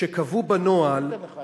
שקבעו בנוהל